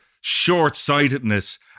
short-sightedness